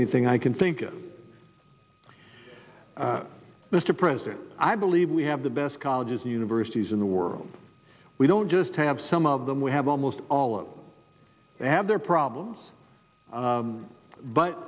anything i can think of mr president i believe we have the best colleges and universities in the world we don't just have some of them we have almost all of them have their problems